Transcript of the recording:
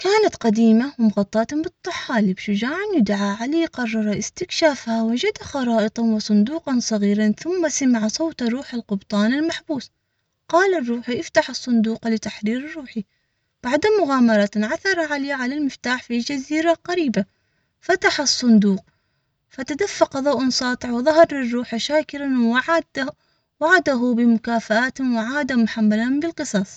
كانت قديمة ومغطاة بالطحالب شجاع يدعى علي، قرر استكشافها، وجد خرائط وصندوقًا صغيرًا، ثم سمع صوت روح القبطان المحبوس قال الروح افتح الصندوق لتحرير الروح بعد مغامرة عثر علي على المفتاح في جزيرة قريبة فتح الصندوق فتدفق ضوء ساطع وظهر الروح.